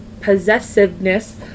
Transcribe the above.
possessiveness